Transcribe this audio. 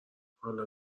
حالا